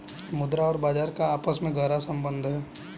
मुद्रा और बाजार का आपस में गहरा सम्बन्ध है